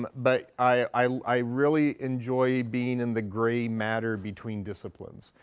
but i really enjoy being in the gray matter between disciplines.